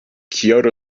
kyoto